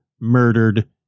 murdered